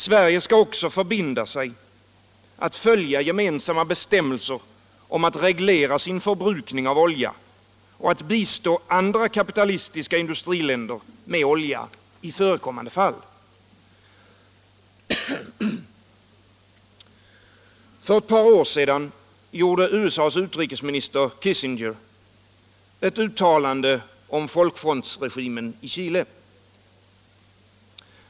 Sverige skall också förbinda sig att följa gemensamma bestämmelser om att reglera sin förbrukning och att bistå andra kapitalistiska industriländer med olja i förekommande fall. För ett par år sedan gjorde USA:s utrikesminister Kissinger ett uttalande om folkfrontsregimen i Chile.